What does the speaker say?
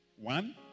one